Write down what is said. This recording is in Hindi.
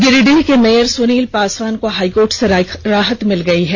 गिरिडीह के मेयर सुनील पासवान को हाईकोर्ट से राहत मिल गयी है